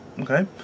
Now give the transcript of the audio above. okay